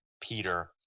Peter